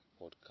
podcast